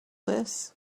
this